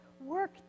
work